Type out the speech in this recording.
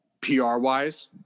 PR-wise